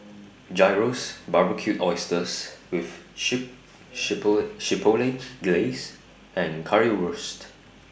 Gyros Barbecued Oysters with sheep Glaze and Currywurst